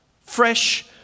fresh